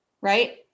right